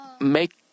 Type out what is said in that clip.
make